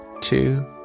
two